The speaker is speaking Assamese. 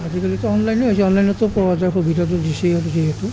আজিকালিতো অনলাইনে হৈছে অনলাইনতো পোৱা যায় সুবিধাটো দিছে যিহেতু